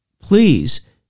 Please